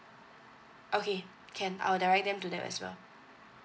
okay can I'll direct them to that as well